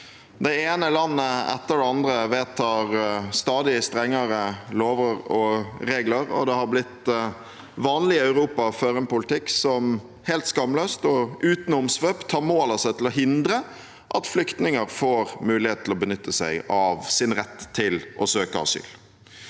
Det ene landet etter det andre vedtar stadig strengere lover og regler, og det har blitt vanlig i Europa å føre en politikk som helt skamløst og uten omsvøp tar mål av seg å hindre at flyktninger får mulighet til å benytte seg av sin rett til å søke asyl.